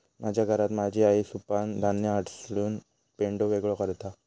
माझ्या घरात माझी आई सुपानं धान्य हासडून पेंढो वेगळो करता